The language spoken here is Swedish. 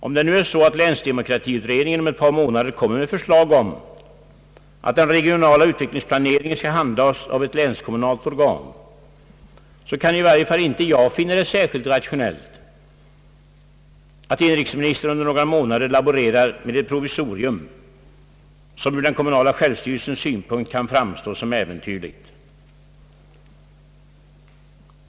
Om länsdemokratiutredningen om ett par månader kommer med förslag om att den regionala utvecklingsplaneringen skall handhas av ett länskommunalt organ, så kan i varje fall inte jag finna det särskilt rationellt att inrikesministern under några månader laborerar med ett provisorium, som ur den kommunala självstyrelsens synpunkt kan framstå som äventyrligt.